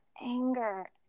anger